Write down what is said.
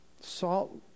Salt